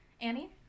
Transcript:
annie